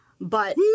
but-